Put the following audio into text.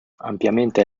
ampiamente